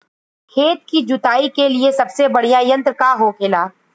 खेत की जुताई के लिए सबसे बढ़ियां यंत्र का होखेला?